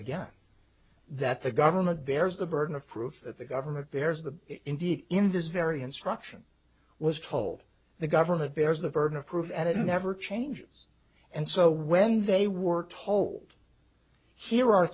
again that the government bears the burden of proof that the government bears the indeed in this very instruction was told the government bears the burden of proof and it never changes and so when they were told here are